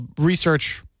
research